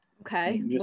Okay